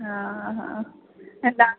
ହଁ ହଁ ହେତା